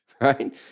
right